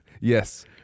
Yes